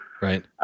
Right